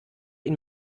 ihn